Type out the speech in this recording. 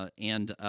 ah and,